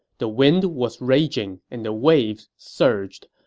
the wind was raging, and the waves surged.